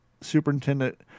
superintendent